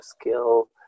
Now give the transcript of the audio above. skill